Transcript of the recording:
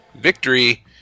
victory